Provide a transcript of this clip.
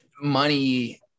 money